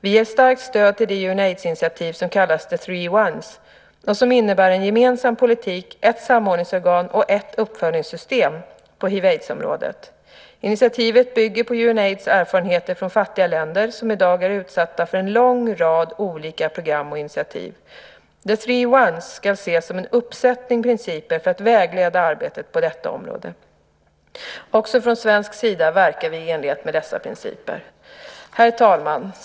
Vi ger starkt stöd till det UNAIDS-initiativ som kallas The Three Ones och som innebär en gemensam politik, ett samordningsorgan och ett uppföljningssystem på hiv/aids-området. Initiativet bygger på UNAIDS erfarenheter från fattiga länder som i dag är utsatta för en lång rad olika program och initiativ. The Three Ones ska ses som en uppsättning principer för att vägleda arbetet på detta område. Också från svensk sida verkar vi i enlighet med dessa principer. Herr talman!